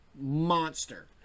monster